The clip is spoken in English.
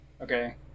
okay